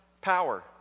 Power